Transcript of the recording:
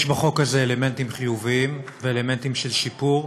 יש בחוק הזה אלמנטים חיוביים ואלמנטים של שיפור,